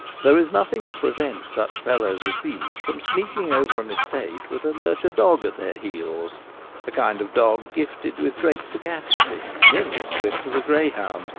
there is nothing to prevent such fellows as these from sneaking over an estate with a lurcher dog at their heels a kind of dog gifted with great sagacity, nearly as swift as a greyhound,